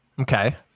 okay